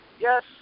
Yes